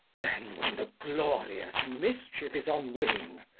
then when the glorious mischief is on wing,